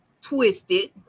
twisted